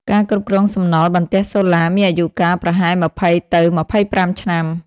ការគ្រប់គ្រងសំណល់បន្ទះសូឡាមានអាយុកាលប្រហែល ២០ ទៅ២៥ ឆ្នាំ។